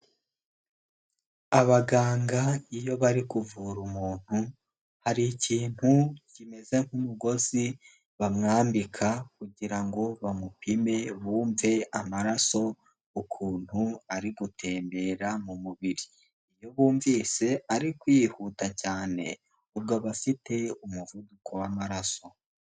Abaganga iyo bari kuvura umuntu, hari ikintu kimeze nk'umugozi bamwambika, kugira ngo bamupime, bumve amaraso ukuntu ari gutembera mu mubiri. Iyo bumvise ari kwihuta cyane ubwo aba bafite umuvuduko w'amaraso.